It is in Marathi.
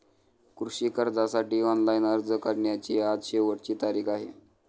कृषी कर्जासाठी ऑनलाइन अर्ज करण्याची आज शेवटची तारीख आहे